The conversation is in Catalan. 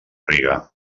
riga